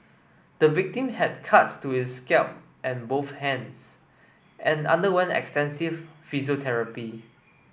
the victim had cuts to his scalp and both hands and underwent extensive physiotherapy